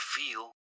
feel